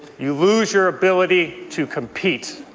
you lose your ability to compete.